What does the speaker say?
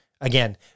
Again